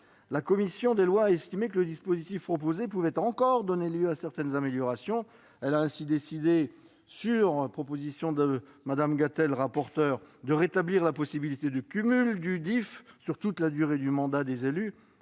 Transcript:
la commission des lois a estimé que le dispositif proposé pouvait encore donner lieu à certaines améliorations. Elle a ainsi décidé, sur la proposition de Mme le rapporteur, de rétablir la possibilité de cumul du DIFE sur toute la durée du mandat des élus,